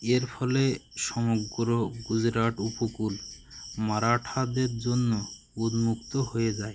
এর ফলে সমগ্র গুজরাট উপকূল মারাঠাদের জন্য উন্মুক্ত হয়ে যায়